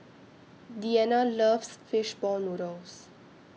Deana loves Fish Ball Noodles